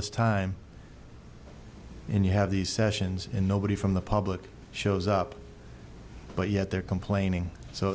this time and you have these sessions in nobody from the public shows up but yet they're complaining so